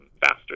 faster